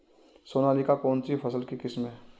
सोनालिका कौनसी फसल की किस्म है?